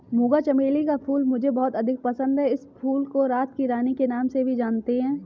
मूंगा चमेली का फूल मुझे बहुत अधिक पसंद है इस फूल को रात की रानी के नाम से भी जानते हैं